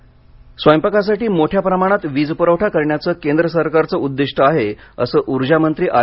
उर्जा परवठा स्वयंपाकासाठी मोठ्या प्रमाणात वीजपुरवठा करण्याच केंद्र सरकारचे उद्दिष्ट आहे असं ऊर्जामंत्री आर